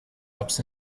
ups